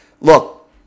look